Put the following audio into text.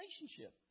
relationship